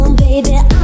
baby